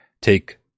take